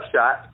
shot